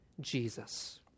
Jesus